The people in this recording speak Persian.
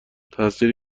تاثیر